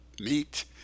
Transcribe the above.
meat